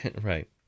Right